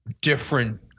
different